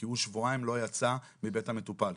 כי שבועיים הוא לא יצא מבית המטופל,